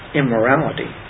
immorality